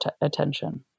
attention